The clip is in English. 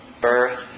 birth